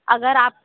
اگر آپ